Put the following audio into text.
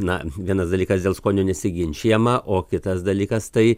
na vienas dalykas dėl skonio nesiginčijama o kitas dalykas tai